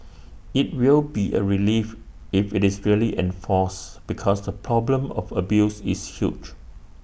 IT will be A relief if IT is really enforced because the problem of abuse is huge